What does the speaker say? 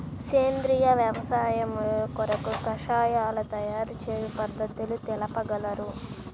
సేంద్రియ వ్యవసాయము కొరకు కషాయాల తయారు చేయు పద్ధతులు తెలుపగలరు?